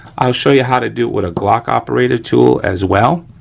i'll show you how to do it with a glock operator tool as well.